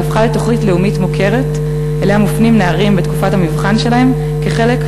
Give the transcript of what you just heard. והפכה לתוכנית לאומית מוכרת שאליה מופנים נערים בתקופת המבחן שלהם כחלק,